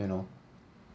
you know